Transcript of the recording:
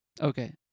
Okay